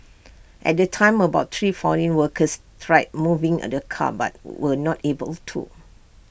at the time about three foreign workers tried moving and the car but were not able to